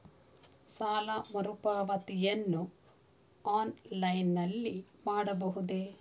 ಸಾಲ ಮರುಪಾವತಿಯನ್ನು ಆನ್ಲೈನ್ ನಲ್ಲಿ ಮಾಡಬಹುದೇ?